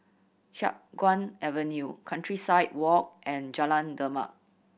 Chiap Guan Avenue Countryside Walk and Jalan Demak